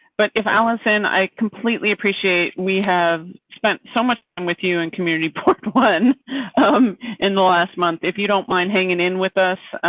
but if allison, i completely appreciate we have spent so much um with you and community one um in the last month. if you don't mind hanging in with us.